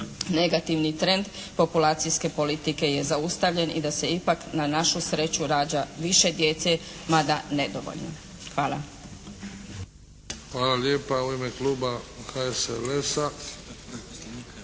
negativni trend populacijske politike je zaustavljen i da se ipak na našu sreću rađa više djece, mada nedovoljno. Hvala. **Bebić, Luka (HDZ)** Hvala